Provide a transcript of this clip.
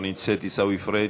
לא נמצאת, עיסאווי פריג'